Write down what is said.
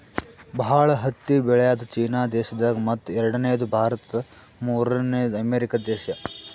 ಭಾಳ್ ಹತ್ತಿ ಬೆಳ್ಯಾದು ಚೀನಾ ದೇಶದಾಗ್ ಮತ್ತ್ ಎರಡನೇದು ಭಾರತ್ ಮೂರ್ನೆದು ಅಮೇರಿಕಾ ದೇಶಾ